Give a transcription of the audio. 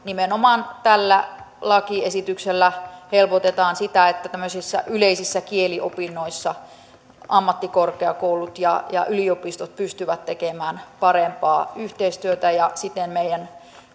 tällä lakiesityksellä helpotetaan nimenomaan sitä että tämmöisissä yleisissä kieliopinnoissa ammattikorkeakoulut ja ja yliopistot pystyvät tekemään parempaa yhteistyötä ja siten meidän